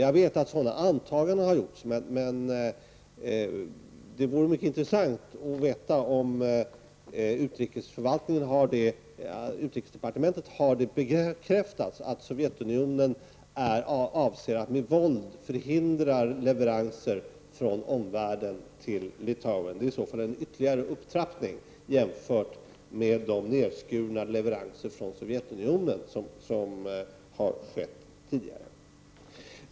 Jag vet att sådana antaganden har gjorts, men det vore mycket intressant att få veta om det till utrikesdepartementet har bekräftats att Sovjetunionen avser att med våld förhindra leveranser från omvärlden till Litauen. Det är i så fall en ytterligare upptrappning jämfört med de nedskärningar av leveranserna från Sovjetunionen som har skett tidigare.